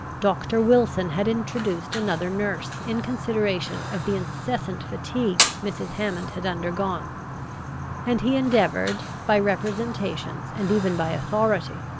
doctor wilson had introduced another nurse, in consideration of the incessant fatigue mrs. hammond had undergone and he endeavoured, by representations, and even by authority,